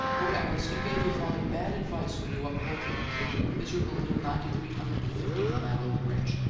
oh, alice, you gave your father bad advice when you upheld him in taking a miserable little ninety-three hundred and fifty from that old wretch!